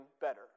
better